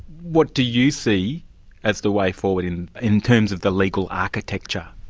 what do you see as the way forward in in terms of the legal architecture?